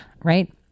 right